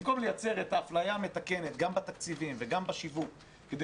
במקום לייצר את ההפליה המתקנת בתקציבים ובשיווק כדי